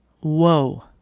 Whoa